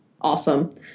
awesome